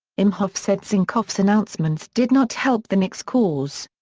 imhoff said zinkoff's announcements did not help the knicks' cause.